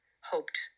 hoped